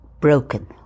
broken